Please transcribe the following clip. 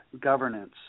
governance